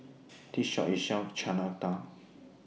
This Shop sells Chana Dal